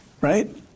right